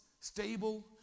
stable